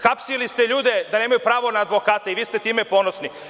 Hapsili ste ljude da nemaju pravo na advokata i vi ste time ponosni.